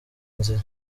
nzira